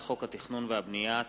מוזיאון הכנסת,